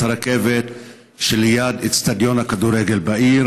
הרכבת שליד אצטדיון הכדורגל בעיר.